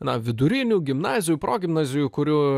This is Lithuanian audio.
na vidurinių gimnazijų progimnazijų kurių